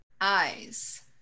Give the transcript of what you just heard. eyes